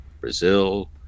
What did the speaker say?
Brazil